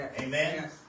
Amen